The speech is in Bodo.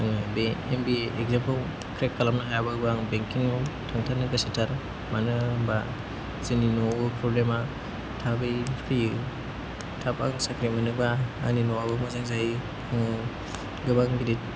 आङो बे एम बिए एकजामखौ क्रेक खालामनो हायाबाबो आं बेंकिङाव थांथारनो गोसोथार मानोना होम्बा जोंनि न'आव प्रब्लेमा थाबै फैयो थाब आं साख्रि मोनोबा आंनि न'आबो मोजां जायो आङो गोबां गिदिर